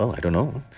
i don't know.